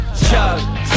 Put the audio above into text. Chug